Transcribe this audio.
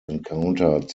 encountered